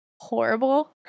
horrible